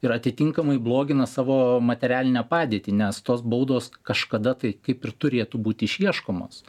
ir atitinkamai blogina savo materialinę padėtį nes tos baudos kažkada tai kaip ir turėtų būti išieškomos